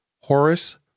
Horace